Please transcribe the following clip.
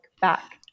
back